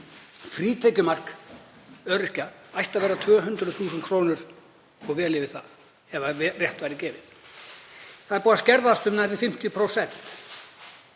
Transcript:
Það er búið að skerða það um nærri 50%